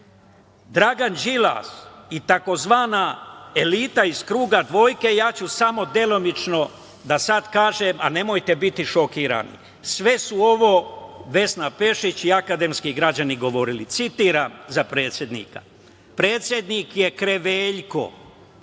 Dragan Đilas i takozvana elita iz kruga dvojke? Ja ću samo delimično sad da vam kažem. Nemojte biti šokirani, sve su ovo Vesna Pešić i akademski građani govorili za predsednika, citiram: „Predsednik je kreveljko,